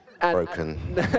Broken